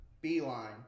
Beeline